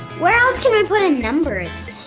where else can we put in numbers?